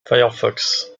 firefox